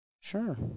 Sure